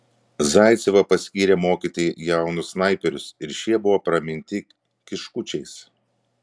zaicevą paskyrė mokyti jaunus snaiperius ir šie buvo praminti kiškučiais